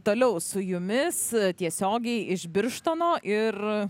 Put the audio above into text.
toliau su jumis tiesiogiai iš birštono ir